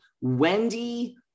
Wendy